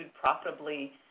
profitably